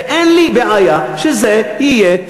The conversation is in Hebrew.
ואין לי בעיה שזה יהיה שוטר.